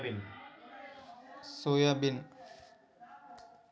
ಯಾವ ತರ ಬೆಳಿ ಬೆಳೆದ್ರ ನಮ್ಗ ಲಾಭ ಆಕ್ಕೆತಿ?